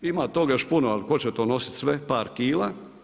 Ima tog još puno, ali tko će to nosit sve, par kila.